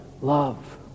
Love